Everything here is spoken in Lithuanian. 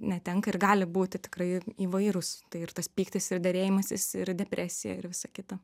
netenka ir gali būti tikrai įvairūs tai ir tas pyktis ir derėjimasis ir depresija ir visa kita